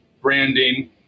branding